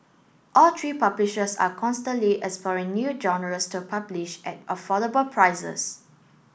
all three publishers are constantly exploring new genres to publish at affordable prices